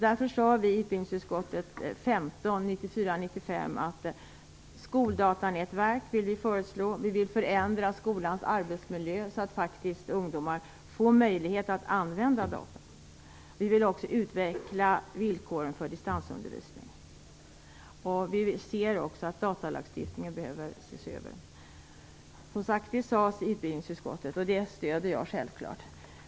Därför föreslog vi i utbildningsutskottets betänkande 1994/95:UbU15 skoldatorer och ville förändra skolans arbetsmiljö så att ungdomar faktiskt får möjlighet att använda dem. Vi vill också utveckla villkoren för distansundervisning. Vi ser också att datalagstiftningen behöver ses över. - Detta sades i utbildningsutskottets betänkande, och det stöder jag självklart.